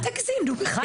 אל תגזים, נו בחייך.